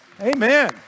Amen